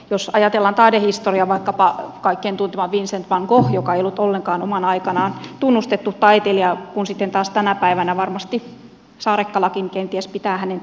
jos ajatellaan taidehistoriaa vaikkapa kaikkien tuntemaa vincent van goghia hän ei ollut ollenkaan omana aikanaan tunnustettu taiteilija kun sitten taas tänä päivänä varmasti saarakkalakin kenties pitää hänen taiteestaan